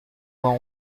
vingt